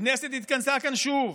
הכנסת התכנסה כאן שוב,